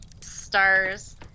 stars